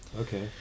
Okay